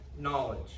Knowledge